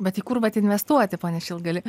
bet į kur vat investuoti pone šilgai